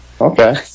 Okay